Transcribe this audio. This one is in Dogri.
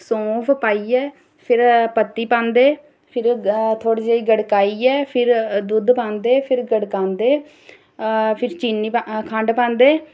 सौंफ पाइयै फिर पत्ती पांदे फिर थोह्ड़ी जेही गड़काइयै फिर दुद्ध पांदे फिर गड़कांदे फिर खंड पांदे